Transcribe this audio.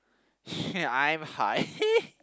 I'm high